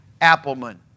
Appleman